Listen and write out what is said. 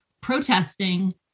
protesting